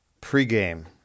Pre-game